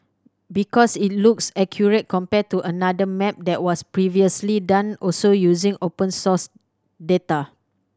because it looks accurate compared to another map that was previously done also using open source data